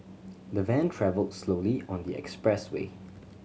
the van travelled slowly on the expressway